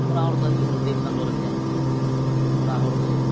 ᱛᱷᱚᱲᱟ ᱦᱚᱲ ᱫᱚ ᱦᱤᱱᱫᱤ ᱫᱮᱵᱽ ᱱᱟᱜᱚᱨᱤ ᱛᱮ ᱛᱷᱚᱲᱟ ᱦᱚᱲ ᱫᱚ